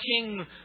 king